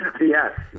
Yes